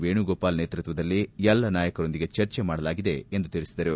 ವೇಣುಗೋಪಾಲ್ ನೇತೃತ್ವದಲ್ಲಿ ಎಲ್ಲ ನಾಯಕರೊಂದಿಗೆ ಚರ್ಚೆ ಮಾಡಲಾಗಿದೆ ಎಂದು ತಿಳಿಸಿದರು